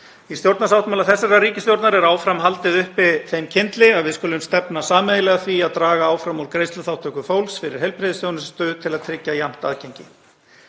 Í stjórnarsáttmála þessarar ríkisstjórnar er áfram haldið uppi þeim kyndli að við skulum stefna sameiginlega að því að draga áfram úr greiðsluþátttöku fólks fyrir heilbrigðisþjónustu til að tryggja jafnt aðgengi.